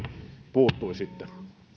puuttuisitte